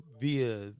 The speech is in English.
via